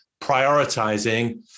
prioritizing